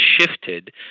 shifted